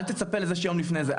אל תצפה לזה שיום לפני זה.